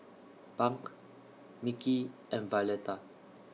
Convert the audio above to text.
Bunk Mickey and Violeta